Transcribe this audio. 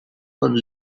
von